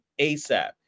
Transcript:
ASAP